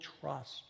trust